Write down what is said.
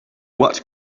what